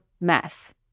mess